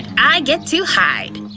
i get to hide!